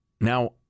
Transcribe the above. Now